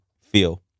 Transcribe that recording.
feel